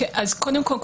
קודם כל,